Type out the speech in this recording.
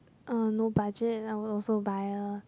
uh no budget I would also buy a